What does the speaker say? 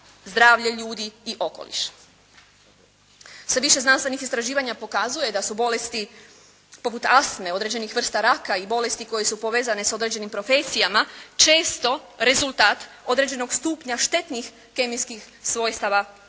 zdravlje ljudi i okoliš. Sve više znanstvenih istraživanja pokazuje da su bolesti poput astme, određenih vrsta raka i bolesti koje su povezane sa određenim profesijama često rezultat određenog stupnja štetnih kemijskih svojstava okoline.